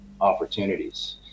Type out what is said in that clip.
opportunities